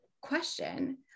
question